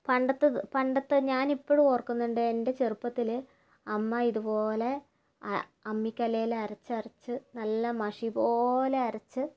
പണ്ടത്തത് പണ്ടത്തെ ഞാനിപ്പോഴും ഓർക്കുന്നുണ്ട് എൻ്റെ ചെറുപ്പത്തില് അമ്മ ഇതുപോലെ അമ്മിക്കല്ലില് അരച്ചരച്ച് നല്ല മഷിപോലെ അരച്ച്